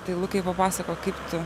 tai lukai papasakok kaip tu